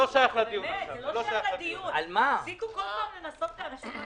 זה לא תקש"ח אבל זה בדיוק על פי הסטנדרטים של תקש"ח.